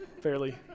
fairly